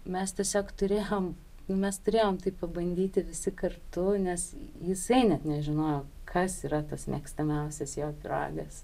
mes tiesiog turėjom mes turėjom tai pabandyti visi kartu nes jisai net nežinojo kas yra tas mėgstamiausias jo pyragas